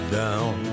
down